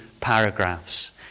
paragraphs